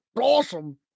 Awesome